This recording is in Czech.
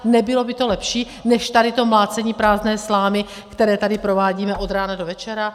Nebylo by to lepší než tady to mlácení prázdné slámy, které tady provádíme od rána do večera?